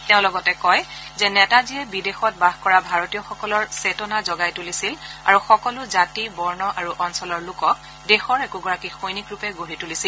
তেওঁ লগতে কয় যে নেতাজীয়ে বিদেশত বাস কৰা ভাৰতীয়সকলৰ চেতনা জগাই তুলিছিল আৰু সকলো জাতি বৰ্ণ আৰু অঞ্চলৰ লোকক দেশৰ একোগৰাকী সৈনিকৰূপে গঢ়ি তুলিছিল